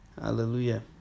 hallelujah